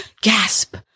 Gasp